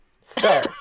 sir